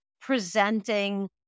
presenting